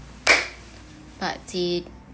part three